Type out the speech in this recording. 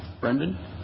Brendan